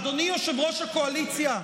אדוני יושב-ראש הקואליציה,